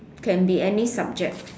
can be any subject